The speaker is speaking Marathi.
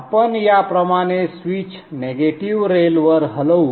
आपण याप्रमाणे स्विच नेगेटिव्ह रेलवर हलवू